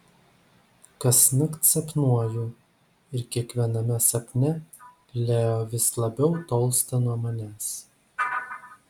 kasnakt sapnuoju ir kiekviename sapne leo vis labiau tolsta nuo manęs